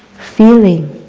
feeling.